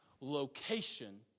location